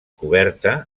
coberta